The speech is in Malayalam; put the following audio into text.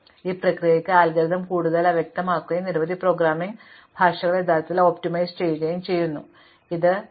മറുവശത്ത് ഈ പ്രക്രിയയ്ക്ക് അൽഗോരിതം കൂടുതൽ അവ്യക്തമാക്കുകയും നിരവധി പ്രോഗ്രാമിംഗ് ഭാഷകൾ യഥാർത്ഥത്തിൽ ഒപ്റ്റിമൈസ് ചെയ്യുകയും ചെയ്യുന്നു ഇത് സ്വപ്രേരിതമായി ചെയ്യാൻ ശ്രമിക്കും